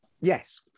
Yes